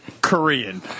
Korean